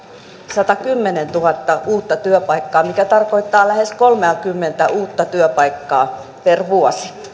satakymmentätuhatta uutta työpaikkaa mikä tarkoittaa lähes kolmeakymmentätuhatta uutta työpaikkaa per vuosi